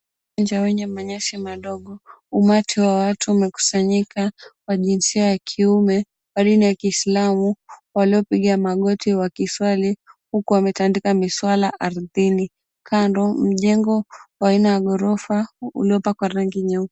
Uwanja wenye manyasi madogo, umati wa watu umekusanyika wa jinsia ya kiume wa dini ya kiislamu waliopiga magoti wakiswali huku wametandika miswala ardhini kando mjengo wa aina ya gorofa uliopakwa rangi nyeupe.